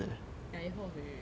ya year four was really really fun